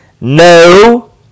No